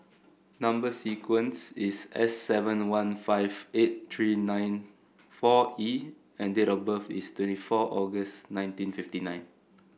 number sequence is S seven one five eight three nine four E and date of birth is twenty four August nineteen fifty nine